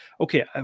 okay